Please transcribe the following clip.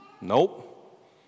Nope